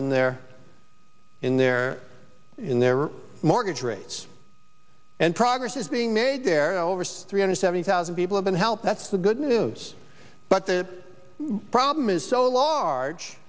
in their in their in their mortgage rates and progress is being made there over three hundred seventy thousand people have been helped that's the good news but the problem is so large